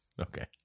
Okay